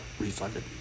refunded